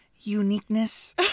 uniqueness